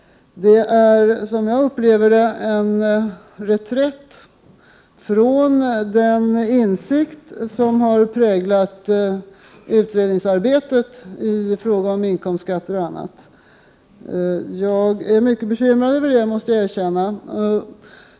Det är, som jag upplever det, en reträtt från den insikt som har präglat utredningsarbetet i fråga om inkomstskatter och annat. Jag är mycket bekymrad över det, det måste jag erkänna.